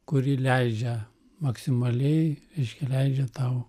kuri leidžia maksimaliai reiškia leidžia tau